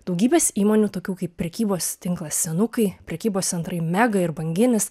daugybės įmonių tokių kaip prekybos tinklas senukai prekybos centrai mega ir banginis